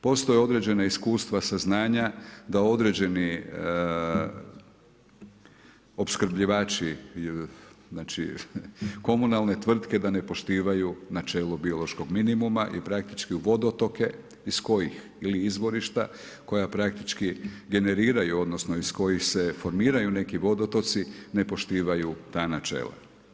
Postoje određena iskustva, saznanja da određeni opskrbljivači komunalne tvrtke da ne poštivaju načelo biološkog minimuma i praktički vodotoke iz kojih ili izvorišta koja praktički generiraju odnosno iz kojih se formiraju neki vodotoci, ne poštivaju ta načela.